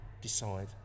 decide